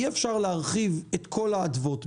אי אפשר להרחיב את כל האדוות.